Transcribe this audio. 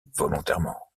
volontairement